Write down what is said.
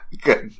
Good